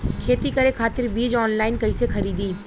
खेती करे खातिर बीज ऑनलाइन कइसे खरीदी?